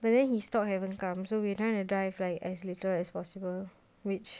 but then his stock haven't come so we want to drive like as little as possible which